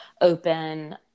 open